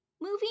movie